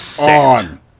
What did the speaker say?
on